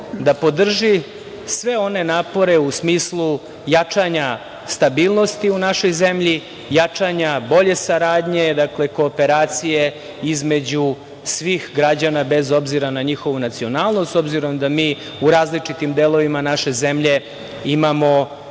da podrži sve one napore u smislu jačanja stabilnosti u našoj zemlji, jačanja bolje saradnje, kooperacije između svih građana bez obzira na njihovu nacionalnost, s obzirom da mi u različitim delovima naše zemlje imamo,